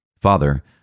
Father